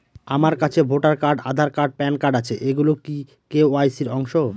আমার কাছে voter card Aadhaar card PAN card আছে এগুলো কি কে.ওয়াই.সি র অংশ?